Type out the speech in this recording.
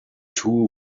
two